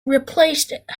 replaced